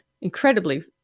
incredibly